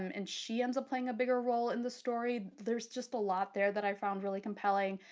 um and she ends up playing a bigger role in the story. there's just a lot there that i found really compelling.